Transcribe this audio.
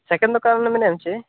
cycle ᱫᱚᱠᱟᱱ ᱨᱮᱱᱮᱢ ᱢᱮᱱᱮᱫᱼᱟ ᱥᱮ